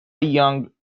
young